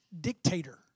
Dictator